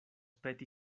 peti